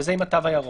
וזה עם התו הירוק.